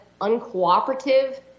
uncooperative